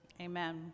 amen